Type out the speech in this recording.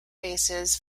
basis